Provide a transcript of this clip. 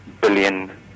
billion